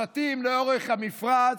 שטים לאורך המפרץ.